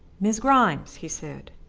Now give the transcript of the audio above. miss grimes, he said,